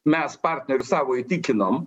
mes partnerius savo įtikinom